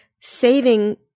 saving